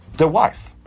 the wife